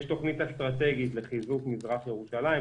יש תוכנית אסטרטגית לחיזוק מזרח ירושלים,